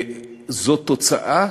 זאת תוצאה